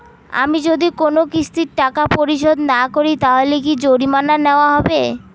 আমি যদি কোন কিস্তির টাকা পরিশোধ না করি তাহলে কি জরিমানা নেওয়া হবে?